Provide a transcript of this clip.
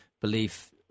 belief